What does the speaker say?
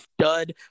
stud